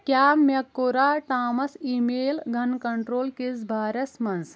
کیٛاہ مےٚ کورا ٹامَس ای میل گَن کنٹرول کِس بارَس منٛز